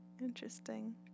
Interesting